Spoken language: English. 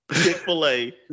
Chick-fil-A